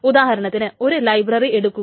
ഉദാഹരണത്തിന് ഒരു ലൈബ്രററി എടുക്കുക